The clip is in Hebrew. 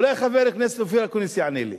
אולי חבר הכנסת אופיר אקוניס יענה לי.